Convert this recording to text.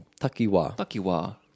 Takiwa